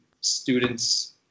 students